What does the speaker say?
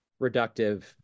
reductive